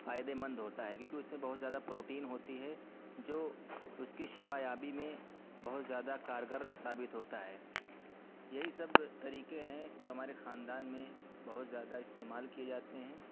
فائدے مند ہوتا ہے کیونکہ اس میں بہت زیادہ پروٹین ہوتی ہے جو اس کی شفایابی میں بہت زیادہ کارگر ثابت ہوتا ہے یہی سب طریقے ہیں جو ہمارے خاندان میں بہت زیادہ استعمال کیے جاتے ہیں